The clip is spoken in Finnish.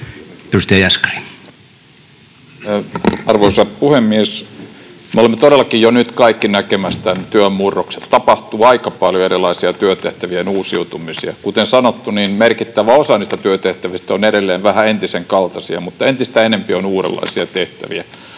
14:56 Content: Arvoisa puhemies! Me olemme todellakin jo nyt kaikki näkemässä tämän työn murroksen, tapahtuu aika paljon erilaisia työtehtävien uusiutumisia. Kuten sanottu, merkittävä osa niistä työtehtävistä on edelleen vähän entisen kaltaisia, mutta entistä enempi on uudenlaisia tehtäviä,